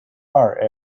are